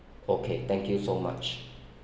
okay thank you so much